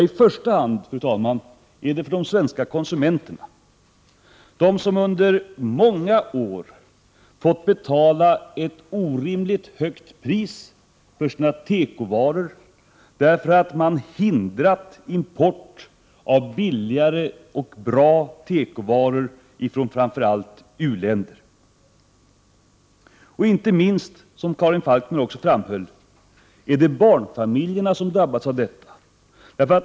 I första hand är det, fru talman, en seger för de svenska konsumenterna, de som under många år har fått betala ett orimligt högt pris för sina tekovaror, därför att man har hindrat import av billigare och bra tekovaror ifrån framför allt u-länder. Inte minst är det, som Karin Falkmer framhöll, barnfamiljerna som har drabbats av detta.